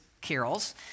carols